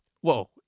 Whoa